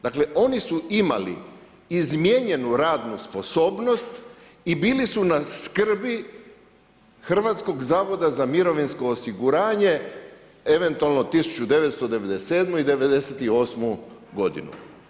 Dakle oni su imali izmijenjenu radnu sposobnost i bili su na skrbi Hrvatskog zavoda za mirovinsko osiguranje, eventualno 1997. i '98. godinu.